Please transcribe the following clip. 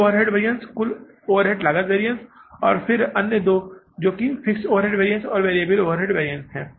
कुल overhead variance कुल overhead लागत वैरिअन्स और फिर अन्य दो जो कि फिक्स्ड ओवरहेड वैरिअन्स और वेरिएबल ओवरहेड वैरिअन्स है